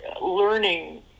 learning